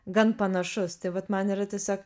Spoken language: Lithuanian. gan panašus tai vat man yra tiesiog